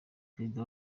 perezida